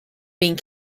being